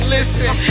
Listen